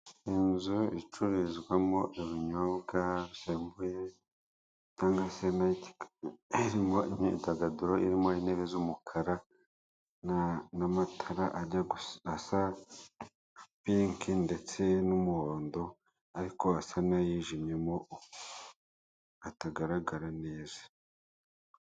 Inzu icururizwamo ibinyobwa bisembuye cyangwa se nayiti karabu irimo imyidagaduro, irimo intebe z'umukara n'amatara ajya gusa asa pinki ndetse n'umuhondo ariko asa nayijimye atagaragara neza.